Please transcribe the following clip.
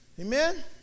Amen